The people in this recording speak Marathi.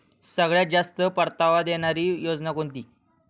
सगळ्यात जास्त परतावा देणारी योजना कोणती?